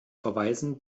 verweisen